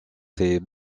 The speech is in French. ses